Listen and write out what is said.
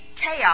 chaos